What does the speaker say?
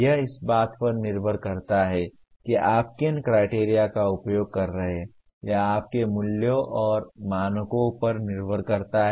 यह इस बात पर निर्भर करता है कि आप किन क्राइटेरिया का उपयोग कर रहे हैं यह आपके मूल्यों और मानकों पर निर्भर करता है